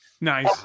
Nice